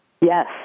Yes